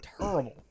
terrible